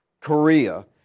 Korea